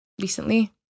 recently